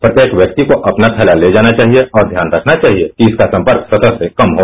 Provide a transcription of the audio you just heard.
प्रत्येक व्यक्ति को अपना थैला ले जाना चाहिए और ध्यान रखना चाहिए कि इसका संपर्क सतह से कम हो